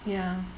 ya